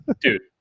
Dude